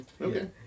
Okay